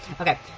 Okay